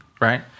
right